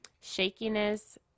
shakiness